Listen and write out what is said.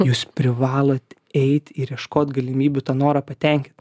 jūs privalot eit ir ieškot galimybių tą norą patenkint